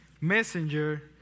messenger